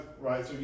Right